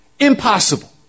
Impossible